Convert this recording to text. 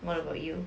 what about you